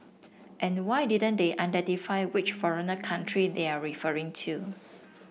and why didn't they identify which foreigner country they're referring to